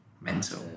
mental